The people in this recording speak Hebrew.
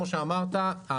כמו שאמרת,